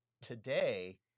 Today